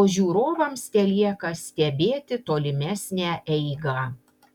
o žiūrovams telieka stebėti tolimesnę eigą